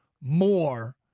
More